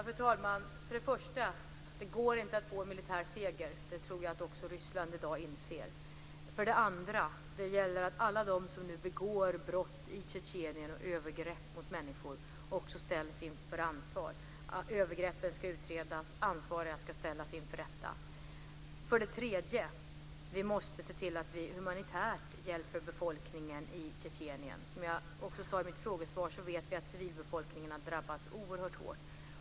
Fru talman! För det första går det inte att få en militär seger. Det tror jag att också Ryssland inser i dag. För det andra gäller det att alla de som nu begår brott i Tjetjenien och övergrepp mot människor också ställs till svars. Övergreppen ska utredas. Ansvariga ska ställas inför rätta. För det tredje måste vi se till att vi humanitärt hjälper befolkningen i Tjetjenien. Som jag också sade i mitt svar vet vi att civilbefolkningen har drabbats oerhört hårt.